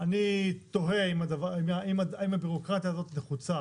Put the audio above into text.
אני תוהה אם הביורוקרטיה הזאת נחוצה,